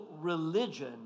religion